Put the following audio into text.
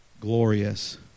glorious